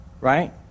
right